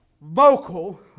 vocal